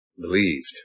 believed